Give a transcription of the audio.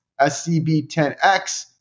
SCB10X